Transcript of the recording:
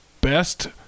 best